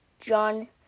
john